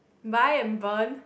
buy and burn